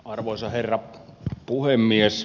arvoisa herra puhemies